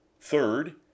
Third